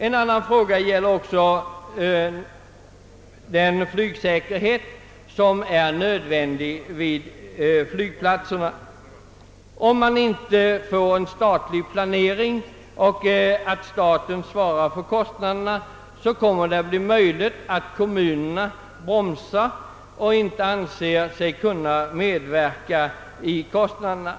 En annan fråga gäller den flygsäkerhet som är nödvändig vid flygplatserna. Om man inte får en statlig planering och om inte staten svarar för kostnaderna, är det möjligt att kommunerna bromsar och inte anser sig kunna medverka i täckandet av kostnaderna.